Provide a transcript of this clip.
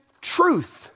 truth